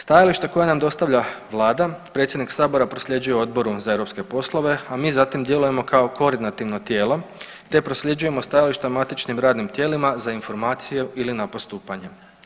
Stajališta koja nam dostavlja Vlada predsjednik Sabora prosljeđuje Odboru za europske poslove, a mi zatim djelujemo kao koordinativno tijelo te prosljeđujemo stajališta matičnim radnim tijelima za informaciju ili na postupanje.